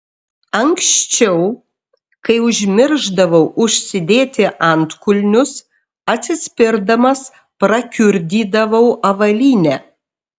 anksčiau kai užmiršdavau užsidėti antkulnius atsispirdamas prakiurdydavau avalynę